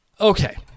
okay